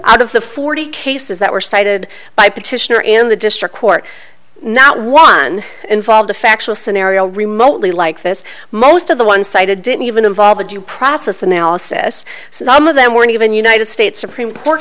one of the forty cases that were cited by petitioner in the district court not one involved a factual scenario remotely like this most of the one cited didn't even involve a due process analysis some of them weren't even united states supreme court